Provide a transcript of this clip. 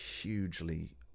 hugely